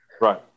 Right